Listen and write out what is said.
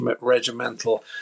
regimental